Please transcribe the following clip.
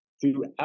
throughout